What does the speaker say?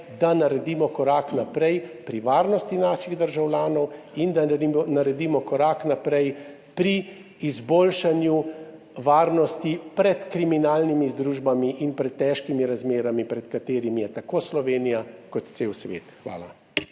da naredimo korak naprej pri varnosti naših državljanov in da naredimo korak naprej pri izboljšanju varnosti pred kriminalnimi združbami in pred težkimi razmerami, pred katerimi je tako Slovenija kot cel svet. Hvala.